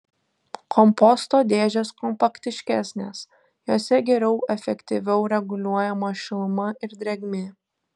komposto dėžės kompaktiškesnės jose geriau efektyviau reguliuojama šiluma ir drėgmė